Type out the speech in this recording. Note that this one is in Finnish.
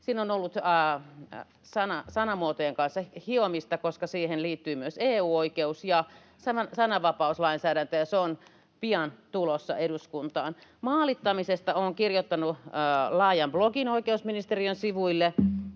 Siinä on ollut sanamuotojen kanssa hiomista, koska siihen liittyvät myös EU-oikeus ja sananvapauslainsäädäntö. Se on pian tulossa eduskuntaan. Maalittamisesta olen kirjoittanut laajan blogin oikeusministeriön sivuille